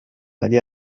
ولی